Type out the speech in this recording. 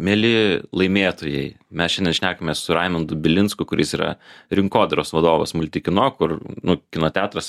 mieli laimėtojai mes šiandien šnekamės su raimundu bilinsku kuris yra rinkodaros vadovas multikino kur nu kino teatras